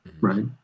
right